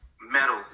metal